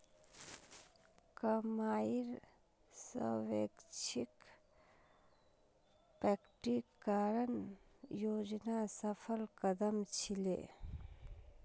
कमाईर स्वैच्छिक प्रकटीकरण योजना सफल कदम छील